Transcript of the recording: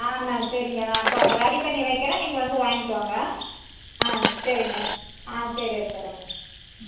ஆ நான் சரிங்க நான் இப்போ அதை ரெடி பண்ணி வைக்கிறேன் நீங்கள் வந்து வாங்கிக்கோங்க ஆ சரிங்க ஆ சரி வச்சுட்றேங்க